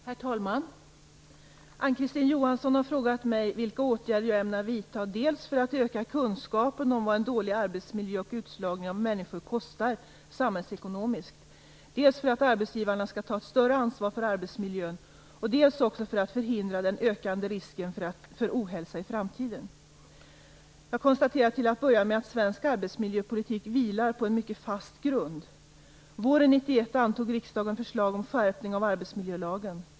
Herr talman! Ann-Kristine Johansson har frågat mig vilka åtgärder jag ämnar vidta dels för att öka kunskapen om vad en dålig arbetsmiljö och utslagning av människor kostar samhällsekonomiskt, dels för att arbetsgivarna skall ta ett större ansvar för arbetsmiljön, dels också för att förhindra den ökande risken för ohälsa i framtiden. Jag konstaterar till att börja med att svensk arbetsmiljöpolitik vilar på en mycket fast grund. Våren 1991 antog riksdagen förslag om skärpning av arbetsmiljölagen.